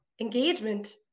engagement